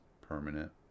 permanent